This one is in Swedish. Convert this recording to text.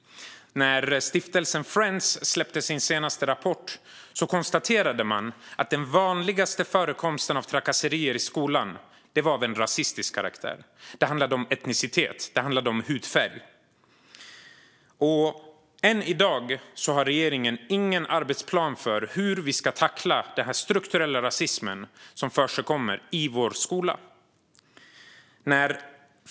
När stiftelsen Friends släppte sin senaste rapport konstaterade man att den vanligaste förekomsten av trakasserier i skolan var av rasistisk karaktär. Det handlade om etnicitet, och det handlade om hudfärg. Än i dag har regeringen ingen arbetsplan för hur vi ska tackla den strukturella rasism som förekommer i vår skola.